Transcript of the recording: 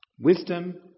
Wisdom